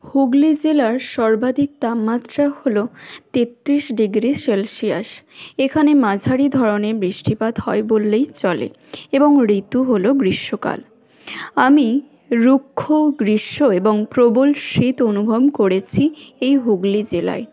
হুগলি জেলার সর্বাধিক তাপমাত্রা হল তেত্রিশ ডিগ্রি সেলসিয়াস এখানে মাঝারি ধরনের বৃষ্টিপাত হয় বললেই চলে এবং ঋতু হল গ্রীষ্মকাল আমি রুক্ষ্ম গ্রীষ্ম এবং প্রবল শীত অনুভব করেছি এই হুগলি জেলায়